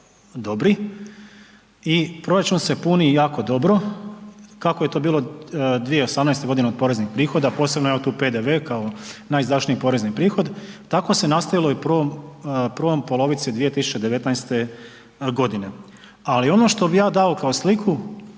dobri i proračun se puni jako dobro. Kako je to bilo 2018. godine od poreznih prihoda, posebno evo tu PDV kao najizdašniji porezni prihod, tako se nastavilo i u prvoj polovici 2019. godine. Ali ono što bi ja dao kao sliku